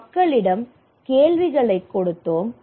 நாங்கள் மக்களிடம் கேள்விகளைக் கொடுத்தோம்